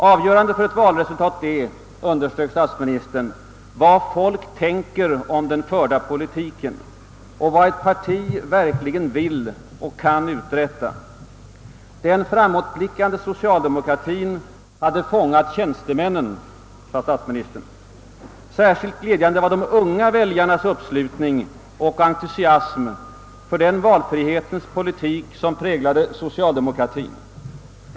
Avgörande för ett valresultat är, underströk statsministern, vad folk tänker om den förda politiken och vad ett parti verkligen vill och kan uträtta. Den framåtblickande socialdemokratien hade fångat tjänstemännen, sade statsministern. Särskilt glädjande var de unga väljarnas uppslutning och entusiasm för den valfrihetens politik som präglade socialdemokratien.